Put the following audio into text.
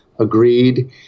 agreed